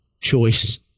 choice